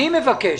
אני מבקש.